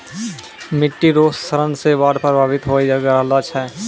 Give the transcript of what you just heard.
मिट्टी रो क्षरण से बाढ़ प्रभावित होय रहलो छै